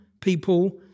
people